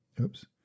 Oops